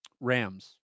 Rams